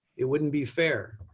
it wouldn't be fair.